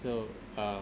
so uh